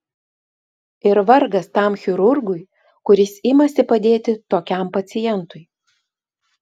ir vargas tam chirurgui kuris imasi padėti tokiam pacientui